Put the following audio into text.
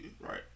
right